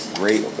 great